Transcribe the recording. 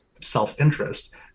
self-interest